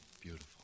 beautiful